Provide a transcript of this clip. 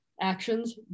actions